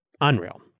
Unreal